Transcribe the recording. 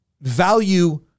value